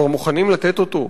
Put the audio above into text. כבר מוכנים לתת אותו,